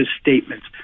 statements